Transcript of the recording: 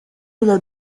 ile